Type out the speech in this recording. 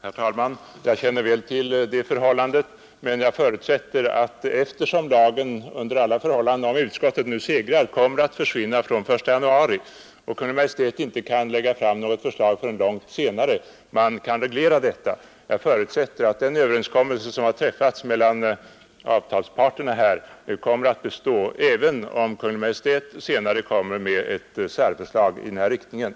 Herr talman! Jag känner väl till det förhållandet, men jag förutsätter att eftersom lagen, om utskottet nu segrar, under alla förhållanden kommer att försvinna från den 1 januari 1972 och Kungl. Maj:t inte kan lägga fram något förslag förrän långt senare, man kan reglera detta. Jag räknar också med att överenskommelsen mellan avtalsparterna kommer att bestå, även om Kungl. Maj:t senare framlägger ett särförslag i den här riktningen.